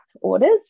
orders